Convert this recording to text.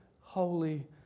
holy